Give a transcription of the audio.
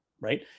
right